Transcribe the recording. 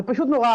זה פשוט נורא.